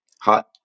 hot